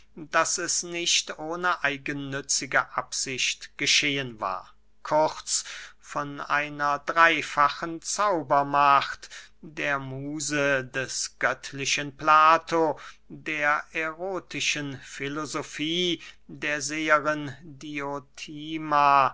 daß es nicht ohne eigennützige absicht geschehen war kurz von einer dreyfachen zaubermacht der muse des göttlichen plato der erotischen filosofie der seherin